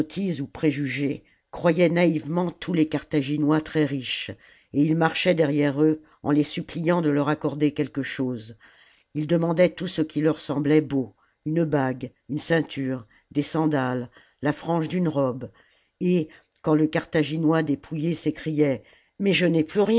ou préjugé croyaient naïvement tous les carthaginois très rie les et lis marchaient derrière eux en les supphant de leur accorder quelque chose ils demandaient tout ce qui leur semblait beau une bague une ceinture des sandales la frange d'une robe et quand le carthaginois dépouillé s'écriait mais je n'ai plus